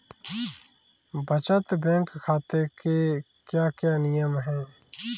बचत बैंक खाते के क्या क्या नियम हैं?